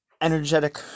energetic